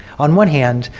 on one hand,